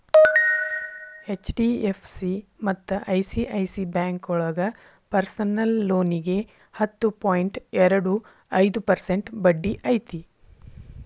HDFC ಮತ್ತ ICICI ಬ್ಯಾಂಕೋಳಗ personal ಲೋನಿಗಿ ಹತ್ತು ಪಾಯಿಂಟ್ ಎರಡು ಐದು ಪರ್ಸೆಂಟ್ ಬಡ್ಡಿ ಐತಿ